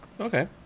Okay